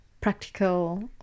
practical